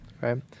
right